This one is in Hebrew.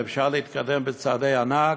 ואפשר להתקדם בצעדי ענק.